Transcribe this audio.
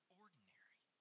ordinary